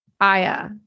aya